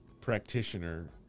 practitioner